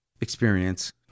experience